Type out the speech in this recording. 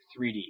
3D